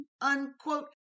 unquote